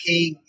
King